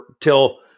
till